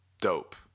dope